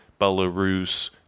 Belarus